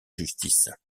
justice